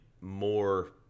more